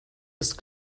ist